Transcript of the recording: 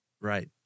right